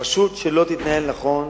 רשות שלא תתנהל נכון